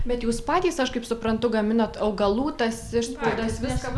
bet jūs patys aš kaip suprantu gaminat augalų tas išspaudas viską